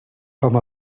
com